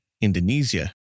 Indonesia